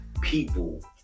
people